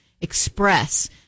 express